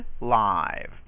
live